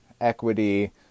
equity